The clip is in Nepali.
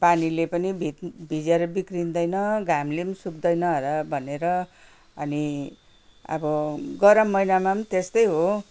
पानीले पनि भित भिजेर बिग्रिँदै न घामले पनि सुक्दैन होला भने अनि अब गरम महिनामा पनि त्यस्तै हो